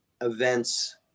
events